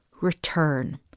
return